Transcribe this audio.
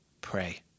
pray